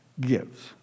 gives